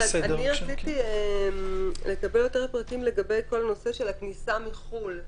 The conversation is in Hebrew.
רציתי לקבל יותר פרטים לגבי כל הנושא של הכניסה מחו"ל.